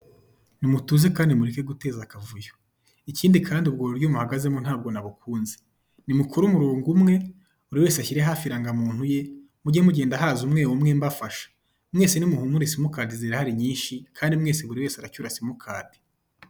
Nimutuze kandi mureke guteza akavuye ikindi kandi ubwo buryo muhagazemo ntabwo nabukunze, nimukore umurongo umwe buri wese ashyire hafi irangamuntu ye, mujye mugenda haza umwe umwe mbafasha, mwese nimuhumure simukadi zirahari nyinshi kandi mwese buri wese aracyura simukadi.